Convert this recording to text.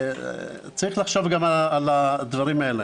צריך לחשוב גם על הדברים האלה.